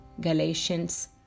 Galatians